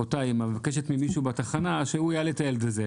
אותה אימא מבקשת ממישהו בתחנה שהוא יעלה את הילד הזה,